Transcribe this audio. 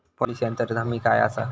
Policy अंतर्गत हमी काय आसा?